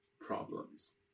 problems